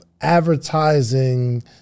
advertising